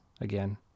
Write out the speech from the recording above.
Again